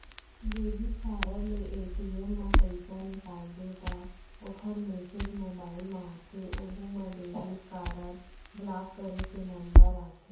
debit card ले ATM म पइसा निकालबे त ओकर मेसेज मोबाइल म आथे ओहू म डेबिट कारड ब्लाक करे के नंबर आथे